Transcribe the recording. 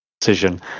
decision